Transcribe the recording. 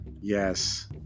Yes